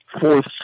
fourth